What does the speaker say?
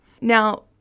Now